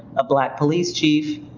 a black police chief,